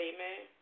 Amen